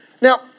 Now